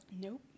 Nope